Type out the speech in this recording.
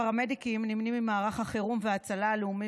הפרמדיקים נמנים עם מערך החירום וההצלה הלאומי